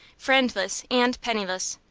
friendless and penniless,